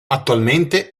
attualmente